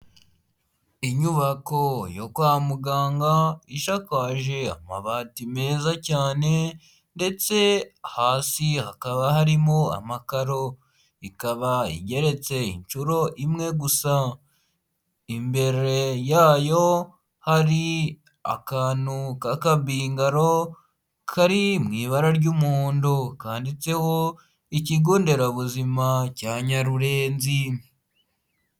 Inyubako yo kwa muganga, ishakaje amabati meza cyane ndetse hasi hakaba harimo amakaro. Ikaba igeretse inshuro imwe gusa. Imbere yayo, hari akantu k'akabingaro kari mu ibara ry'umuhondo. Kanditseho ikigo nderabuzima cya Nyarurenzi.